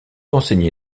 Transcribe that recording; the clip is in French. enseigné